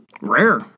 Rare